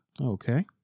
Okay